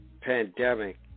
pandemic